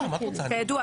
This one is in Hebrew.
כידוע,